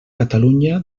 catalunya